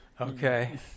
Okay